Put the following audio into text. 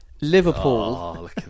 Liverpool